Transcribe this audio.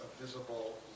Visible